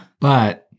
But-